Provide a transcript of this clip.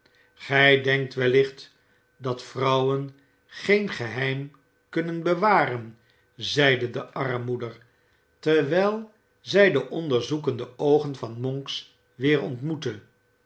oij denkt wellicht dat vrouwen geen geheim kunnen bewaren zeide de armmoeder terwijl zij de onderzoekende oogen van monks weer ontmoette